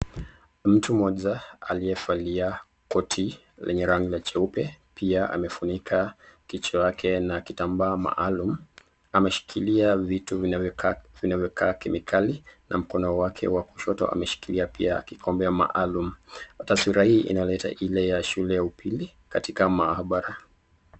Mtu moja aliyevalia koti yenye rangi jeupe pia amefunika kichwa yake na kitamba maalum, ameshikilia vitu vinavyokaa kemikali na mkono wake wa kushoto ameshikilia pia kikombe maalum taswira hii inaleketa hile ya shule ya upili katika mahabara.